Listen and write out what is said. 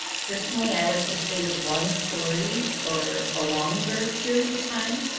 personally i like to stay with one story for a longer period of time.